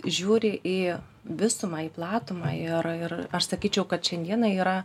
žiūri į visumą į platumą ir ir aš sakyčiau kad šiandieną yra